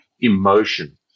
emotion